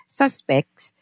suspects